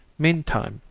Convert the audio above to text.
meantime,